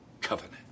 covenant